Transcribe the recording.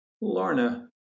Lorna